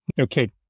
Okay